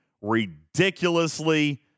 ridiculously